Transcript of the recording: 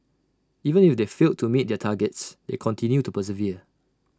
even if they failed to meet their targets they continue to persevere